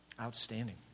Outstanding